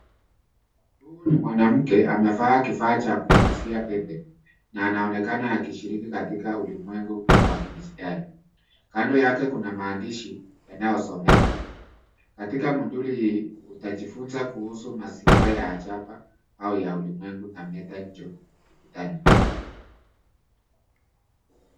Huu ni mwanamke amevaa kifaa cha kuulizia pepe na anaonekana akishiriki katika ulimwengu wa kidijitali. Kando yake kuna maandishi yanayosomeka. Katika mthuli hii utajifunza kuhusu mazingira ya chapa au ya ulimwengu.